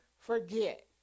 forget